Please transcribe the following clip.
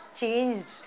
changed